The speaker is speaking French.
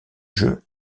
jeu